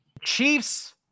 Chiefs